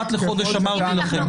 אחת לחודש, אמרתי לכם.